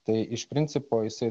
tai iš principo jisai